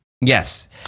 Yes